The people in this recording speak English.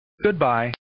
Goodbye